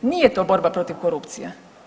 Nije to borba protiv korupcije.